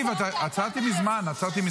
כמה עצוב ששקר הפך להיות נורמה אצלכם, כמה עצוב.